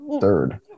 third